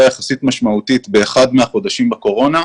יחסית משמעותית באחד מהחודשים בקורונה,